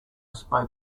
spoke